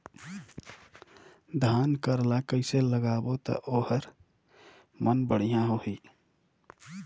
धान कर ला कइसे लगाबो ता ओहार मान बेडिया होही?